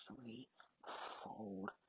three-fold